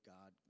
God